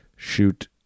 shoot